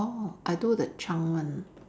orh I do the chunk one